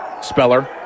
Speller